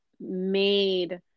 made